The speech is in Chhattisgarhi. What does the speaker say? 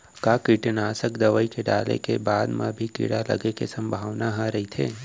का कीटनाशक दवई ल डाले के बाद म भी कीड़ा लगे के संभावना ह रइथे?